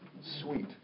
sweet